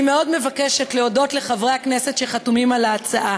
אני מאוד מבקשת להודות לחברי הכנסת שחתומים על ההצעה,